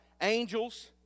angels